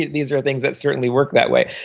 these are things that certainly work that way,